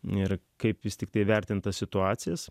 nėra kaip jis tiktai vertintas situacijas